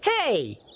Hey